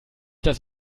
das